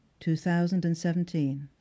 2017